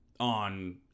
on